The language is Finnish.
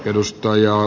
edustaja